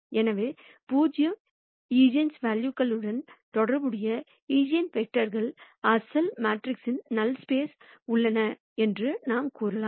எனவே 0 ஈஜென்வெல்யூக்களுடன் தொடர்புடைய ஈஜென்வெக்டர்கள் அசல் மேட்ரிக்ஸின் நல் ஸ்பேஸ் உள்ளன என்று நாம் கூறலாம்